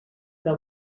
però